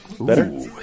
Better